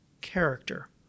character